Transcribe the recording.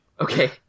Okay